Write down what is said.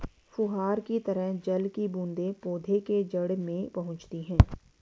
फुहार की तरह जल की बूंदें पौधे के जड़ में पहुंचती है